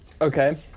Okay